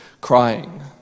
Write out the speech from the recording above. crying